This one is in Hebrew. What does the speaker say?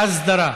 אדוני